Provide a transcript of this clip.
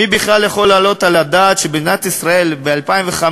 מי בכלל יכול להעלות על הדעת שבמדינת ישראל ב-2015,